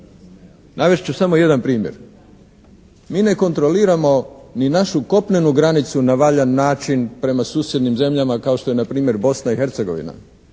Navest ću samo jedan primjer. Mi ne kontroliramo ni našu kopnenu granicu na valjan način prema susjednim zemljama kao što je npr. Bosna i Hercegovina